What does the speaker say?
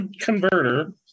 converter